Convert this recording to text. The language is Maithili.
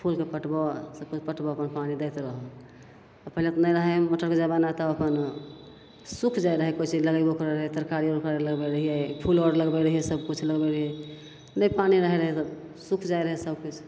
फूलके पटबऽ सबकिछु पटबऽ अपन पानी दैत रहऽ आओर पहिले तऽ नहि रहै मोटरके जमाना तऽ अपन सुखि जाइ रहै कोइ चीज लगेबो करै रहै तऽ तरकारी उरकारी लगबै रहिए फूल आओर लगबै रहिए सबकिछु लगबै रहिए नहि पानी रहि रहै तब सुखि जाइ रहै सबकिछु